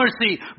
mercy